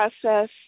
process